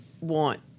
want